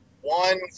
one